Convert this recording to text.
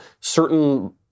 certain